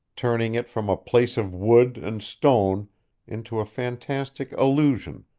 turning it from a place of wood and stone into a fantastic illusion,